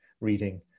reading